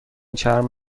چرم